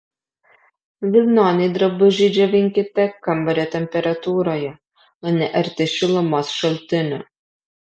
vilnonį drabužį džiovinkite kambario temperatūroje o ne arti šilumos šaltinio